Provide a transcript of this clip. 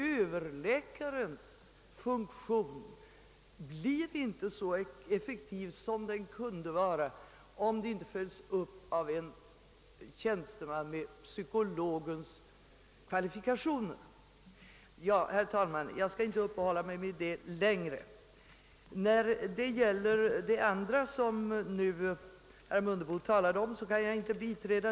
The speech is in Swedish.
Överläkarens funktion blir nämligen inte så effektiv som den kunde vara, om verksamheten inte följs upp av en tjänsteman med psykologens kvalifikationer. Den andra synpunkten som herr Mundebo förde fram kan jag inte biträda.